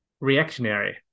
reactionary